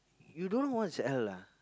you don't know what is ale ah